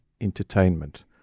entertainment